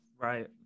Right